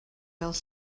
fel